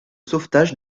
sauvetage